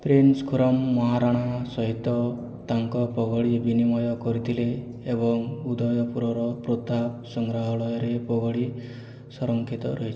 prince Khurram Maharana ସହିତ ତାଙ୍କ ପଗଡ଼ି ବିନିମୟ କରିଥିଲେ ଏବଂ ଉଦୟପୁରର ପ୍ରତାପ ସଂଗ୍ରହାଳୟରେ ପଗଡ଼ି ସଂରକ୍ଷିତ ରହିଛି